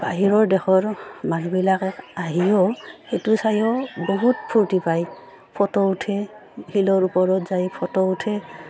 বাহিৰৰ দেশৰ মানুহবিলাকে আহিও সেইটো চাইও বহুত ফূৰ্তি পায় ফটো উঠে শিলৰ ওপৰত যাই ফটো উঠে